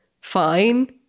fine